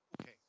okay